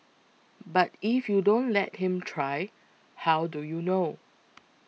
but if you don't let him try how do you know